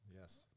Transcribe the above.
Yes